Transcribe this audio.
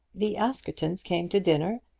the askertons came to dinner,